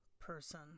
person